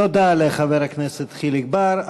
תודה לחבר הכנסת חיליק בר.